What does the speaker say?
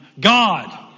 God